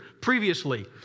previously